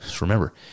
Remember